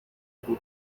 حقوق